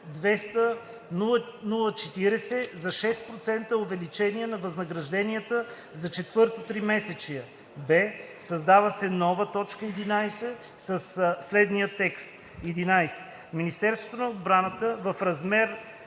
за 6% увеличение на възнагражденията за 4-тото тримесечие.“ б) създава се нова т. 11 със следния текст: „11. Министерството на отбраната – в размер